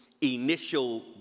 initial